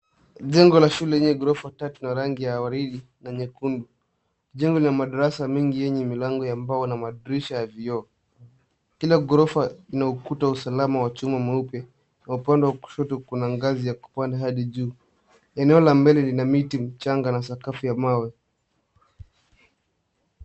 Jengo la shule lenye ghorofa tatu na rangi ya waridi na nyekundu. Jengo lina madarasa mengi yenye milango ya mbao na madirisha ya vioo. Kila ghorofa lina ukuta wa usalama wa chuma mweupe. Upande wa kushoto kuna ngazi ya kupanda hadi juu. Eneo la mbele lina miti michanga na sakafu ya mawe.